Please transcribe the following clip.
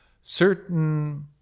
certain